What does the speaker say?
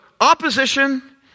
opposition